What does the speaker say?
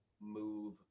move